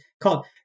called